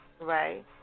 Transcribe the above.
Right